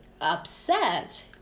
upset